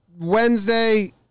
wednesday